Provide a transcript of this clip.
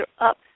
up